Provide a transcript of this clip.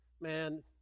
Man